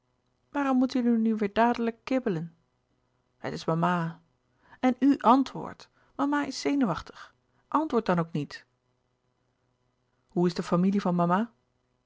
waarom moeten jullie nu weêr dadelijk kibbelen het is mama en u antwoordt mama is zenuwachtig antwoord dan ook niet hoe is de familie van mama